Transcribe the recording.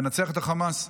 לנצח את החמאס.